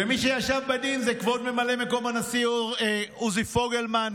ומי שישב בדין זה כבוד ממלא מקום הנשיא עוזי פוגלמן,